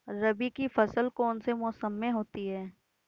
रबी की फसल कौन से मौसम में होती है?